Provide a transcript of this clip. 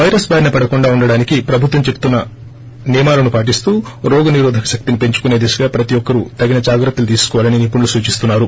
virus బారిన పడకుండా ఉండటానికి ప్రభుత్వం చెప్తున్న నియమాలను పాటిస్తూ రోగ నిరోధక శక్తి ని పెంచుకునే దిశగా ప్రతి ఒక్కరూ తగిన జాగ్రత్తలు తీసుకోవాలని నిపుణులు సూచిస్తున్నారు